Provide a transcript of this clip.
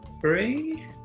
three